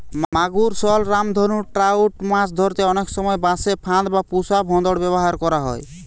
মাগুর, শল, রামধনু ট্রাউট মাছ ধরতে অনেক সময় বাঁশে ফাঁদ বা পুশা ভোঁদড় ব্যাভার করা হয়